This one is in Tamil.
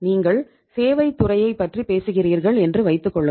நீங்கள் சேவைத் துறையைப் பற்றி பேசுகிறீர்கள் என்று வைத்துக்கொள்ளுங்கள்